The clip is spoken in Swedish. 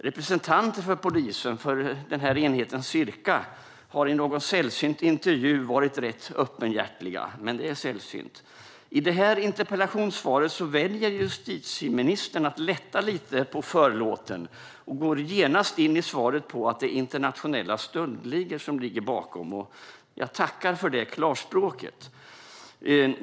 Representanter för polisen och för Circaenheten har i någon sällsynt intervju varit rätt öppenhjärtiga, men det är som sagt sällsynt. I detta interpellationssvar väljer justitieministern att lätta lite på förlåten och går genast in i sitt svar på att det är internationella stöldligor som ligger bakom. Jag tackar för detta klarspråk.